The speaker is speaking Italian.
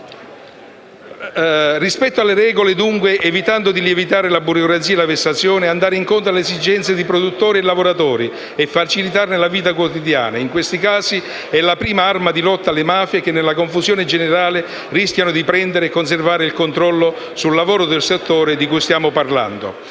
rispettare le regole, evitando di far lievitare la burocrazia e la vessazione, andare incontro alle esigenze di produttori e lavoratori e facilitarne la vita quotidiana, in questi casi è la prima arma di lotta alle mafie, che nella confusione generale rischiano di prendere e conservare il controllo sul lavoro del settore di cui stiamo parlando.